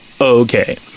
Okay